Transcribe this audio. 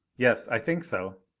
yes, i think so.